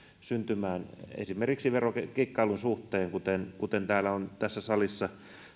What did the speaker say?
syntymään esimerkiksi verokikkailun suhteen kuten kuten täällä on tässä salissa